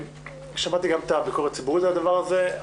שמעתי גם את הביקורת הציבורית לדבר הזה.